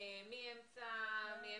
מאמצע מאי,